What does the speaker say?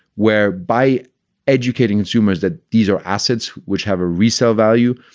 where by educating consumers that these are assets which have a resale value,